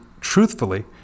truthfully